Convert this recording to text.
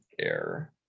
error